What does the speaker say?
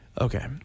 Okay